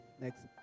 Next